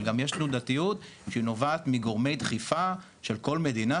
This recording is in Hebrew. אבל גם יש תנודתיות שנובעת מגורמי דחיפה של כל מדינה,